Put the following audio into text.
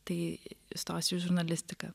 tai stosiu į žurnalistiką